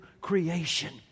creation